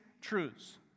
truths